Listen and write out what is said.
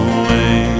away